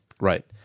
Right